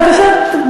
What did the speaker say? תודה